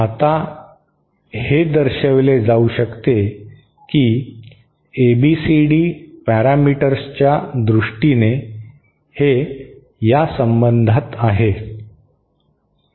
आता हे दर्शविले जाऊ शकते की एबीसीडी पॅरामीटर्सच्या दृष्टीने हे या संबंधात आहे